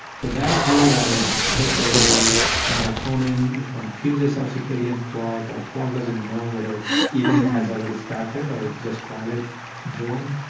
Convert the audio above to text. that blue light suppresses melatonin, it confuses our circadian clock, our clock doesn't know whether evening has already started or it's just twilight zone.